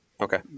Okay